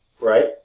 right